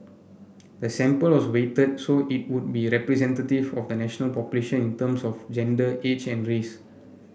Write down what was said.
the sample was weighted so it would be representative of the national population in terms of gender age and race